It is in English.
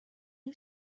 new